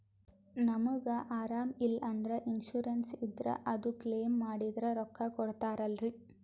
ನಮಗ ಅರಾಮ ಇಲ್ಲಂದ್ರ ಇನ್ಸೂರೆನ್ಸ್ ಇದ್ರ ಅದು ಕ್ಲೈಮ ಮಾಡಿದ್ರ ರೊಕ್ಕ ಕೊಡ್ತಾರಲ್ರಿ?